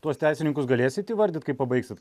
tuos teisininkus galėsit įvardyti kai pabaigsit